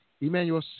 Emmanuel